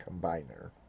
combiner